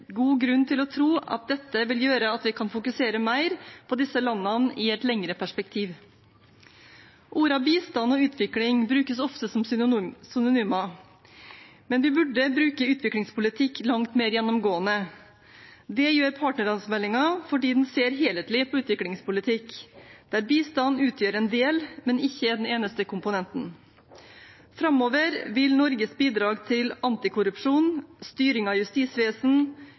god grunn til å tro at dette vil gjøre at vi kan fokusere mer på disse landene i et lengre perspektiv. Ordene «bistand» og «utvikling» brukes ofte som synonymer, men vi burde bruke «utviklingspolitikk» langt mer gjennomgående. Det gjør partnerlandsmeldingen fordi den ser helhetlig på utviklingspolitikk, der bistand utgjør en del, men ikke er den eneste komponenten. Framover vil Norges bidrag til antikorrupsjon, styring av justisvesen,